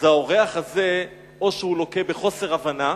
האורח הזה, או שהוא לוקה בחוסר הבנה,